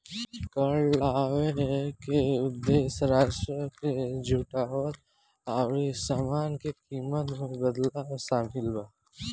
कर लगावे के उदेश्य राजस्व के जुटावल अउरी सामान के कीमत में बदलाव शामिल बा